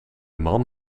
man